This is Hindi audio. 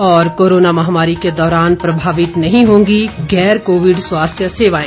और कोरोना महामारी के दौरान प्रभावित नही होंगी गैर कोविड स्वास्थ्य सेवाएं